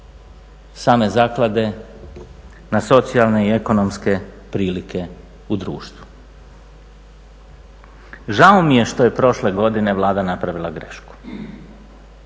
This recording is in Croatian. same zaklade na socijalne i ekonomske prilike u društvu. Žao mi je što je prošle godine Vlada napravila grešku